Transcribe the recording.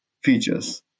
features